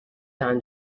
time